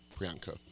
Priyanka